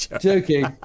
joking